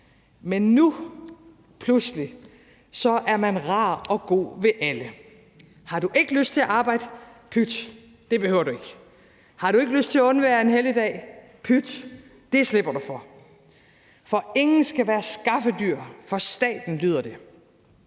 men nu, pludselig, er man rar og god ved alle. Man siger: Har du ikke lyst til at arbejde? Pyt, det behøver du ikke. Har du ikke lyst til at undvære en helligdag? Pyt, det slipper du for. For ingen skal være skaffedyr for staten, lyder det